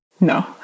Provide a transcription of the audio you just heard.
No